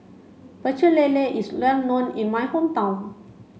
Pecel Lele is well known in my hometown